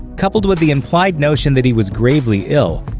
coupled with the implied notion that he was gravely ill,